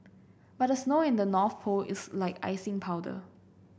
but the snow in the North Pole is like icing powder